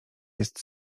jest